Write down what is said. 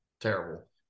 terrible